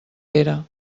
era